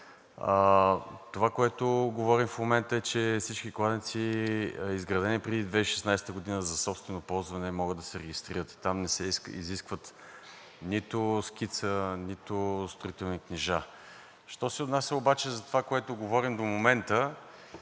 Това, което говорим в момента, е, че всички кладенци, изградени преди 2016 г. за собствено ползване, могат да се регистрират. Там не се изискват нито скица, нито строителни книжа. Що се отнася за това, което говорим до момента,